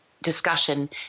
Discussion